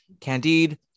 Candide